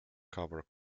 cover